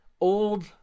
old